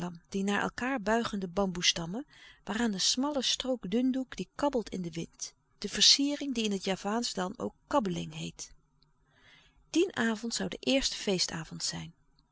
de naar elkaâr buigende bamboestammen waaraan de smalle strook dundoek die kabbelt in den wind de versiering die in het javaansch dan ook kabbeling heet dien avond zoû de eerste feestavond zijn